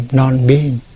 non-being